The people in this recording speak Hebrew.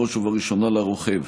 בראש ובראשונה לרוכב.